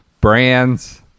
brands